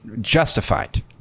justified